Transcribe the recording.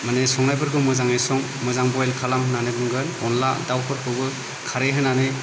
माने संनायफोरखौ मोजाङै सं मोजाङै बइल खालाम होननानै बुंगोन अनला दाउफोरखौबो खारै होनानै